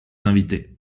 invités